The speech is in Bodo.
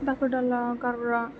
दाखोर दाला गारग्रा